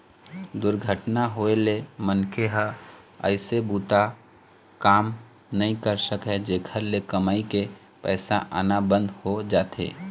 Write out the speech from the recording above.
दुरघटना होए ले मनखे ह अइसने बूता काम नइ कर सकय, जेखर ले कमई के पइसा आना बंद हो जाथे